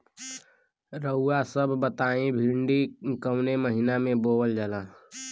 रउआ सभ बताई भिंडी कवने महीना में बोवल जाला?